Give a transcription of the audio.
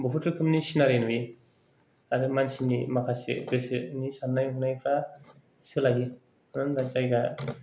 बुहुथ रोखोमनि सिनारि नुयो आरो मानसिनि माखासे गोसोनि साननाय हनायफ्रा सोलायो मानो होनबा